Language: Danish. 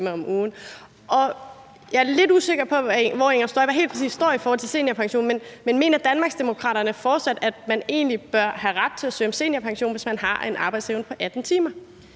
i forhold til seniorpensionen. Mener Danmarksdemokraterne fortsat, at man egentlig bør have ret til at søge om seniorpension, hvis man har en arbejdsevne på 18 timer?